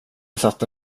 satte